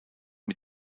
mit